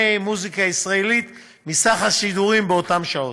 מוזיקה ישראלית מסך השידורים באותן שעות.